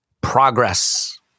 progress